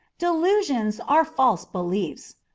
delusions are false beliefs.